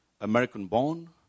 American-born